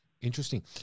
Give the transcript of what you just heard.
Interesting